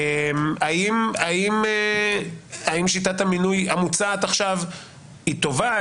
האם שיטת המינוי המוצעת עכשיו היא טובה,